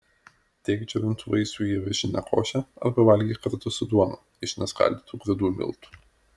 dėk džiovintų vaisių į avižinę košę arba valgyk kartu su duona iš neskaldytų grūdų miltų